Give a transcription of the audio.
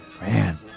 Man